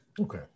Okay